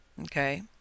Okay